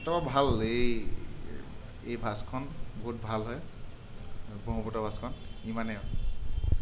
তো ভাল এই এই বাছখন বহুত ভাল হয় আৰু ব্ৰহ্মপুত্ৰ বাছখন ইমানেই আৰু